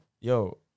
yo